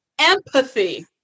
empathy